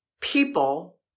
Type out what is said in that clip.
people